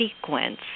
sequence